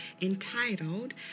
entitled